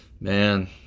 Man